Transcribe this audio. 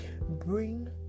Bring